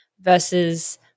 versus